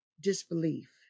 disbelief